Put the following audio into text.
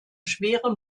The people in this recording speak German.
schwere